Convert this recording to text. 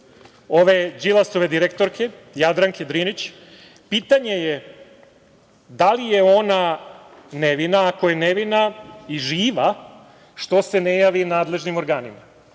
ove Đilasove direktorke, Jadranke Drinić, pitanje je da li je ona nevina, ako je nevina i živa, što se ne javi nadležnim organima?